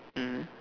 mm